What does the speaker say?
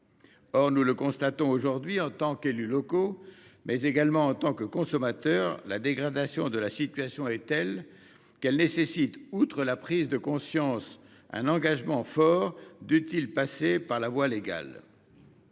Or nous le constatons aujourd'hui en tant qu'élus locaux, mais également en tant que consommateurs : la dégradation de la situation est telle qu'elle nécessite, outre une prise de conscience, un engagement fort, dût-il passer par la loi.